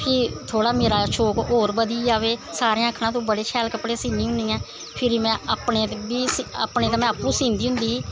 फ्ही थोह्ड़ा मेरा शौंक होर बधी गेआ भई सारें आखना तू शैल कपड़े सीनी होन्नी ऐं फिर में अपने ते बी अपने ते में आपूं सींदी होंदी ही